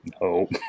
no